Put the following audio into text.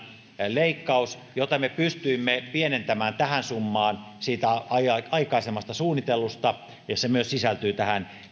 leikkaus jota me pystyimme pienentämään tähän summaan siitä aikaisemmasta suunnitellusta se sisältyy tähän